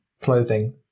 Clothing